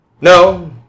No